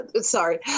sorry